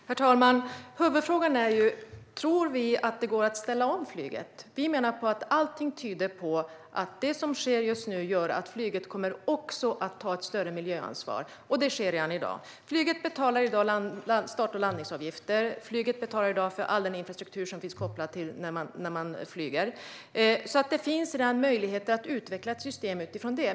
Herr talman! Huvudfrågan är: Tror vi att det går att ställa om flyget? Vi menar att allting tyder på att det som sker just nu gör att flyget kommer att ta ett större miljöansvar. Det sker redan i dag. Flyget betalar i dag start och landningsavgifter. Flyget betalar i dag för all den infrastruktur som finns kopplad till flygandet. Det finns alltså redan möjligheter att utveckla ett system utifrån det.